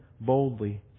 boldly